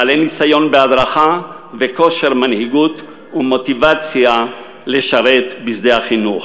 בעלי ניסיון בהדרכה וכושר מנהיגות ומוטיבציה לשרת בשדה החינוך.